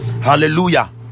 hallelujah